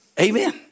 Amen